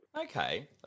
Okay